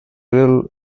will